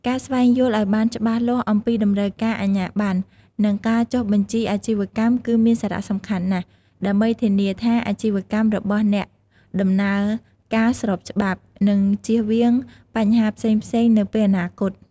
ការស្វែងយល់ឱ្យបានច្បាស់លាស់អំពីតម្រូវការអាជ្ញាប័ណ្ណ និងការចុះបញ្ជីអាជីវកម្មគឺមានសារៈសំខាន់ណាស់ ដើម្បីធានាថាអាជីវកម្មរបស់អ្នកដំណើរការស្របច្បាប់ និងជៀសវាងបញ្ហាផ្សេងៗនៅពេលអនាគត។